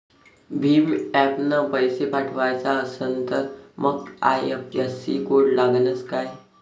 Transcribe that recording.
भीम ॲपनं पैसे पाठवायचा असन तर मंग आय.एफ.एस.सी कोड लागनच काय?